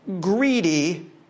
greedy